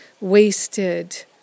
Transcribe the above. wasted